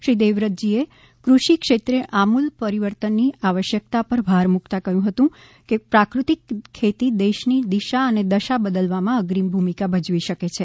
શ્રી દેવવ્રતજીએ કૃષિ ક્ષેત્રે આમૂલ પરિવર્તનની આવશ્યકતા ઉપર ભાર મૂકતા કહ્યું હતું કે પ્રાકૃતિક ખેતી દેશની દિશા અને દશા બદલવામા અગ્રીમ ભૂમિકા ભજવી શકે છે